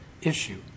issue